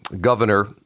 governor